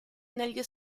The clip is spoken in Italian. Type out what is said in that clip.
negli